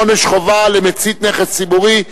עונש חובה למצית נכס ציבורי),